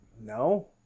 No